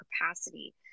capacity